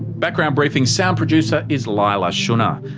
background briefing's sound producer is leila shunnar.